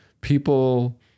people